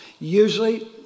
usually